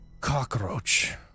cockroach